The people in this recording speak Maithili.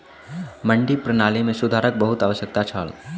मंडी प्रणाली मे सुधारक बहुत आवश्यकता छल